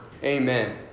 Amen